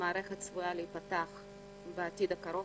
והמערכת צפויה להיפתח בעתיד הקרוב,